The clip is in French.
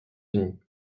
unis